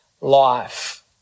life